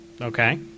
Okay